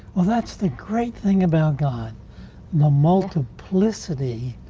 well, that's the great thing about god the multiplicity